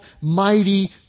Mighty